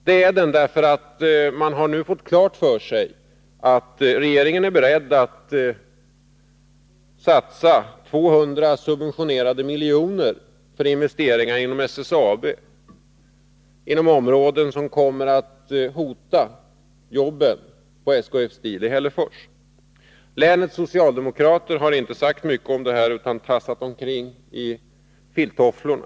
Det beror på att man nu fått klart för sig att regeringen är beredd att satsa 200 subventionerade miljoner för investeringar i SSAB inom områden som kommer att hota jobben på SKF Steel i Hällefors. Länets socialdemo Nr 135 krater har inte sagt mycket om det här utan tassat omkring i filttofflorna.